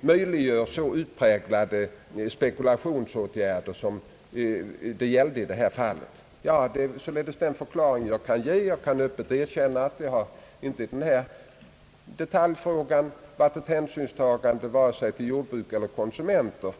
möjliggör så utpräglade spekulationsåtgärder som i det här fallet. Det är den förklaring jag här kan ge. Jag kan öppet erkänna, att det i denna detaljfråga icke har förekommit något hänsynstagande vare sig för jordbruk eller konsumenter.